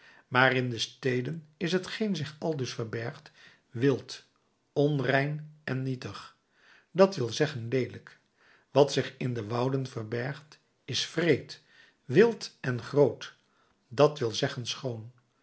in de steden is hetgeen zich aldus verbergt wild onrein en nietig dat wil zeggen leelijk wat zich in de wouden verbergt is wreed wild en groot dat wil zeggen schoon